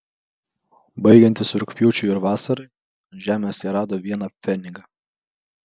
baigiantis rugpjūčiui ir vasarai ant žemės jie rado vieną pfenigą